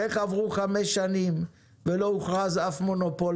ואיך עברו חמש שנים ולא הוכרז אף מונופול